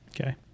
Okay